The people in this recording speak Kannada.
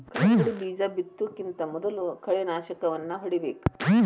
ಕಲ್ಲಂಗಡಿ ಬೇಜಾ ಬಿತ್ತುಕಿಂತ ಮೊದಲು ಕಳೆನಾಶಕವನ್ನಾ ಹೊಡಿಬೇಕ